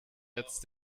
jetzt